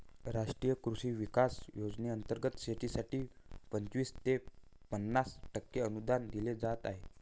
राष्ट्रीय कृषी विकास योजनेंतर्गत शेतीसाठी पंचवीस ते पन्नास टक्के अनुदान दिले जात होते